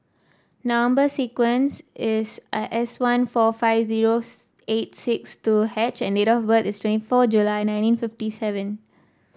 number sequence is I S one four five zero eight six two H and date of birth is twenty four July nineteen fifty seven